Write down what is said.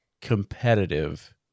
competitive